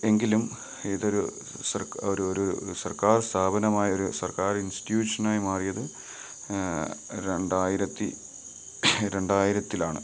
എങ്കിലും ഇതൊരു സർക്ക് ഒരു ഒരു സർക്കാർ സ്ഥാപനമായൊരു സർക്കാർ ഇൻസ്റ്റിറ്റിയൂഷനായി മാറിയത് രണ്ടായിരത്തി രണ്ടായിരത്തിലാണ്